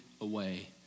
away